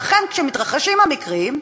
ואכן, כשמתרחשים המקרים,